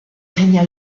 régna